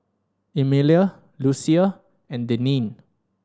Emilia Lucia and Denine